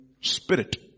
spirit